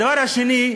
הדבר השני,